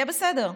יהיה בסדר.